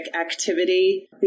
activity